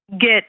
get